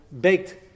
baked